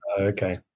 Okay